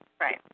Right